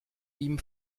ihm